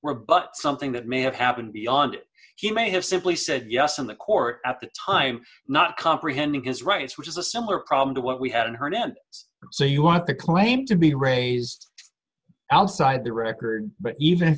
rebut something that may have happened beyond he may have simply said yes in the court at the time not comprehending his rights which is a similar problem to what we hadn't heard and it's so you want the claim to be raised outside the record but even